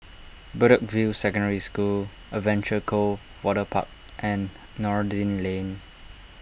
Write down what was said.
Bedok View Secondary School Adventure Cove Waterpark and Noordin Lane